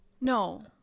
No